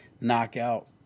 knockout